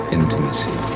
intimacy